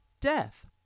death